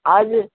हजुर